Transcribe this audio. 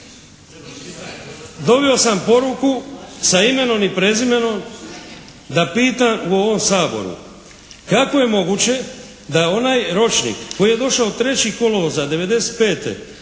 dobio sam poruku sa imenom i prezimenom da pitam u ovom Saboru kako je moguće da onaj ročnik koji je došao 3. kolovoza '95.,